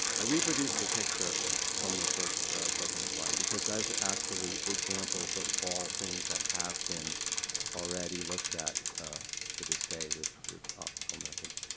i reproduced the picture from the first second slide because those are actually examples of all things that have been already looked at to this day with with optical methods.